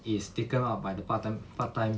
is taken up by the part time part time